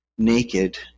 naked